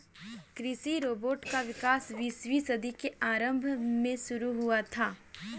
कृषि रोबोट का विकास बीसवीं सदी के आरंभ में शुरू हुआ था